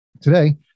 today